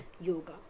yoga